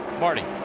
marty?